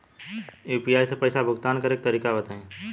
UPI से पईसा भुगतान करे के तरीका बताई?